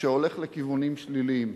שהולך לכיוונים שליליים,